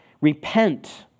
Repent